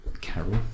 Carol